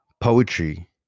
poetry